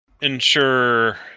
ensure